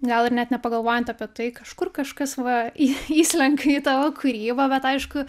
gal ir net nepagalvojant apie tai kažkur kažkas va į įslenka į tavo kūrybą bet aišku